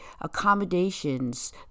accommodations